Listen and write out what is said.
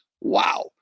Wow